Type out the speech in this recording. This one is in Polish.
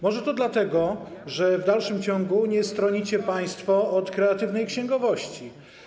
Może to dlatego, że w dalszym ciągu nie stronicie państwo od kreatywnej księgowości.